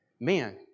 Man